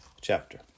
chapter